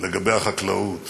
לגבי החקלאות